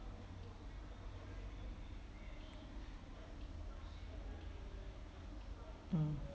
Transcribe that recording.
mm